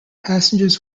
passengers